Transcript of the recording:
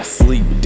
sleep